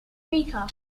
rica